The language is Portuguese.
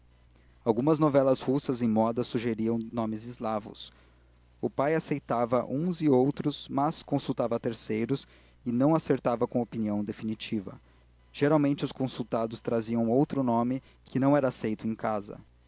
algumas novelas russas em moda sugeriram nomes eslavos o pai aceitava uns e outros mas consultava a terceiros e não acertava com opinião definitiva geralmente os consultados traziam outro nome que não era aceito em casa